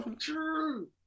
true